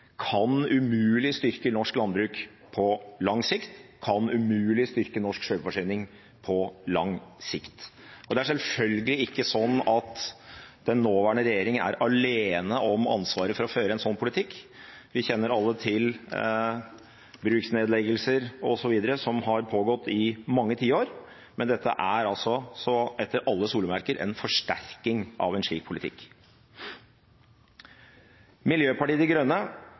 kan umulig styrke norsk landbruk på lang sikt og kan umulig styrke norsk selvforsyning på lang sikt. Det er selvfølgelig ikke slik at den nåværende regjeringen er alene om ansvaret for å føre en slik politikk. Vi kjenner alle til bruksnedleggelser osv., som har pågått i mange tiår, men dette er etter alle solemerker en forsterkning av en slik politikk. Miljøpartiet De Grønne